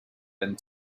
and